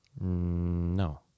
No